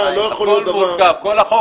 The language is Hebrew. כל החוק מורכב.